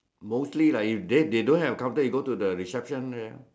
mostly lah if they if they don't have a counter you go to the reception there